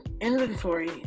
inventory